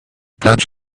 patch